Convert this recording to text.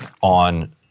on